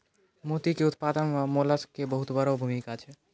मोती के उपत्पादन मॅ मोलस्क के बहुत वड़ो भूमिका छै